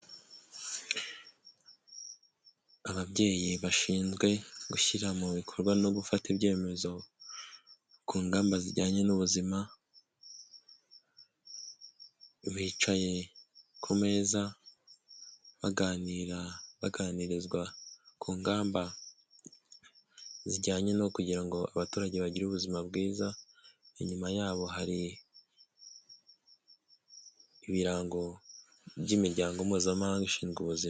Ababyeyi bashinzwe gushyira mu bikorwa no gufata ibyemezo ku ngamba zijyanye n'ubuzima, bicaye ku meza baganira, baganirizwa ku ngamba zijyanye no kugira ngo abaturage bagire ubuzima bwiza. Inyuma yabo har’ibirango by'imiryango mpuzamahanga ishinzwe ubuzima.